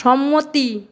সম্মতি